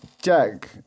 Jack